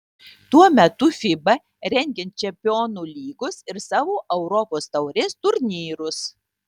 tuo metu fiba rengia čempionų lygos ir savo europos taurės turnyrus